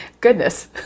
goodness